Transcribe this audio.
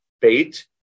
bait